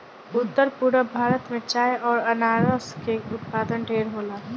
उत्तर पूरब भारत में चाय अउर अनारस के उत्पाद ढेरे होला